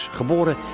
geboren